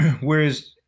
whereas